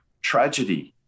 tragedy